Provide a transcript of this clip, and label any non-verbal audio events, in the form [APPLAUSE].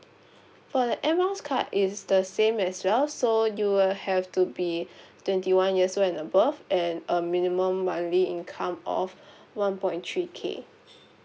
[BREATH] for the air miles card it's the same as well so you will have to be [BREATH] twenty one years old and above and a minimum monthly income of [BREATH] one point three K